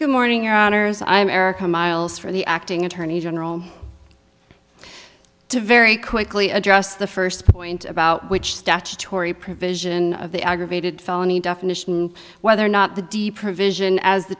good morning your honour's i'm erica miles for the acting attorney general to very quickly address the first point about which statutory provision of the aggravated felony definition whether or not the d provision as the